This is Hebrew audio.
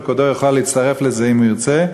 וכבודו יוכל להצטרף לזה אם הוא ירצה,